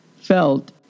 felt